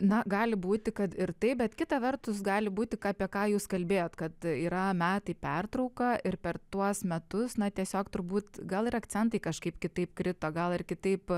na gali būti kad ir taip bet kita vertus gali būti ką apie ką jūs kalbėjot kad yra metai pertrauka ir per tuos metus na tiesiog turbūt gal ir akcentai kažkaip kitaip krito gal ir kitaip